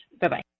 bye-bye